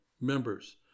members